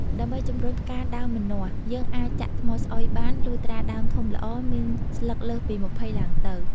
ដើម្បីជំរុញផ្កាដើមម្នាស់ យើងអាចចាក់ថ្មស្អុយបាន លុះត្រាដើមធំល្អ មានស្លឹកលើសពី ២០ឡើងទៅ។